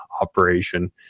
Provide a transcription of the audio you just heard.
operation